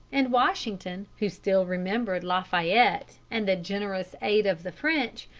and washington, who still remembered la fayette and the generous aid of the french,